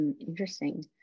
interesting